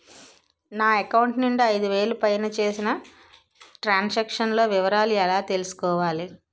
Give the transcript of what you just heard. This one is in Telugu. నా అకౌంట్ నుండి ఐదు వేలు పైన చేసిన త్రం సాంక్షన్ లో వివరాలు ఎలా తెలుసుకోవాలి?